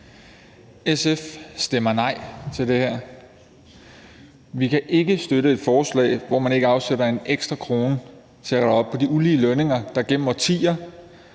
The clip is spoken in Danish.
SF stemmer nej til det her. Vi kan ikke støtte et forslag, hvor man ikke afsætter én ekstra krone til at rette op på de ulige lønninger, der gennem årtier